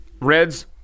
Reds